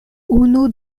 unu